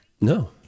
No